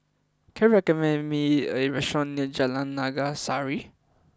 can you recommend me a restaurant near Jalan Naga Sari